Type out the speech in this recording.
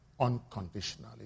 unconditionally